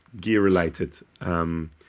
gear-related